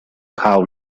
cow